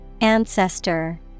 Ancestor